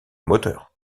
moteur